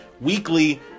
weekly